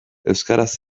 euskaraz